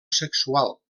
sexual